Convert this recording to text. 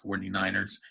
49ers